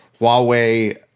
Huawei